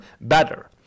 better